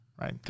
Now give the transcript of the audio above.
right